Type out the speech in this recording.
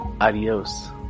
adios